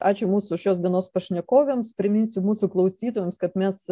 ačiū mūsų šios dienos pašnekovėms priminsiu mūsų klausytojams kad mes